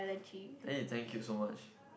eh thank you so much